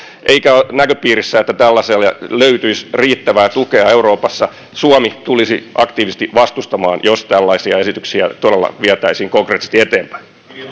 eikä ole näköpiirissä että tällaiselle löytyisi riittävää tukea euroopassa suomi tulisi aktiivisesti vastustamaan jos tällaisia esityksiä todella vietäisiin konkreettisesti eteenpäin